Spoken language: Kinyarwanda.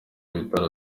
ibitaro